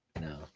no